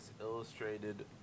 illustrated